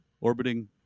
orbiting